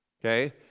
okay